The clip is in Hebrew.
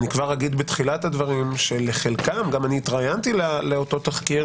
אני אגיד בתחילת הדברים שעם חלקם אני גם התראיינתי לאותו תחקיר